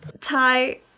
Ty